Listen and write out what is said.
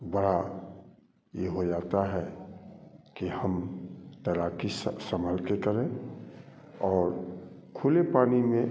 बड़ा ये हो जाता है कि हम तैराकी संभल के करें और खुले पानी में